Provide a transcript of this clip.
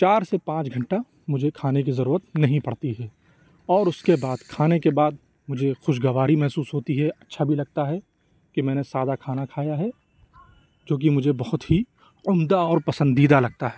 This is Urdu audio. چار سے پانچ گھنٹہ مجھے کھانے کی ضرورت نہیں پڑتی ہے اور اُس کے بعد کھانے کے بعد مجھے خوشگواری محسوس ہوتی ہے اچھا بھی لگتا ہے کہ میں نے سادہ کھانا کھایا ہے چوں کہ مجھے بہت ہی عمدہ اور پسندیدہ لگتا ہے